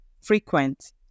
frequent